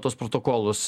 tuos protokolus